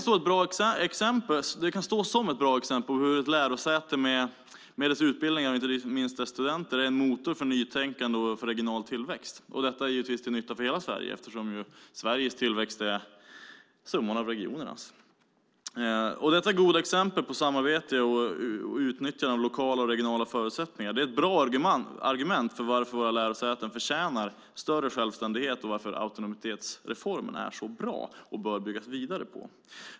Detta kan stå som ett bra exempel på hur ett lärosäte med sina utbildningar och inte minst sina studenter är en motor för nytänkande och regional tillväxt. Det är givetvis till nytta för hela Sverige, eftersom Sveriges tillväxt ju är summan av regionernas. Detta goda exempel på samarbete och utnyttjande av lokala och regionala förutsättningar är ett bra argument för varför våra lärosäten förtjänar större självständighet och varför autonomitetsreformen är så bra och bör byggas vidare på.